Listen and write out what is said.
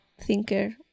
thinker